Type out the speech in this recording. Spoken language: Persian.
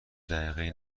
دقیقه